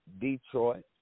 Detroit